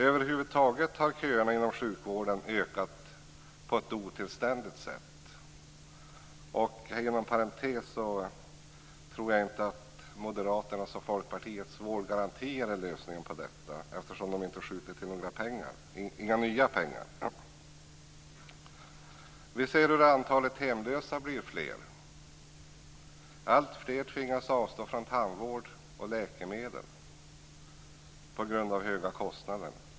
Över huvud taget har köerna inom sjukvården ökat på ett otillständigt sätt. Inom parentes sagt tror jag inte att Moderaternas och Folkpartiets vårdgaranti är lösningen på detta problem, eftersom det inte skjuts till några nya pengar. Vi ser hur antalet hemlösa blir fler. Alltfler tvingas avstå från tandvård och läkemedel på grund av höga kostnader.